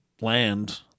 land